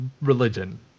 religion